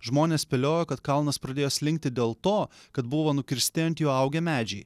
žmonės spėliojo kad kalnas pradėjo slinkti dėl to kad buvo nukirsti ant jo augę medžiai